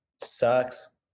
sucks